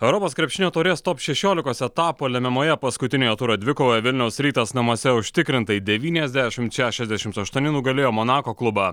europos krepšinio taurės top šešiolikos etapo lemiamoje paskutiniojo turo dvikovoje vilniaus rytas namuose užtikrintai devyniasdešimt šešiasdešimt aštuoni nugalėjo monako klubą